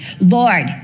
Lord